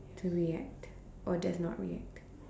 to react or does not react